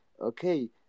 Okay